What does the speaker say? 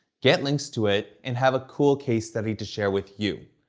get links to it, and have a cool case study to share with you.